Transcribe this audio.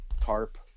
tarp